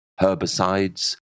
herbicides